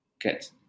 get